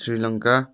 Sri Lanka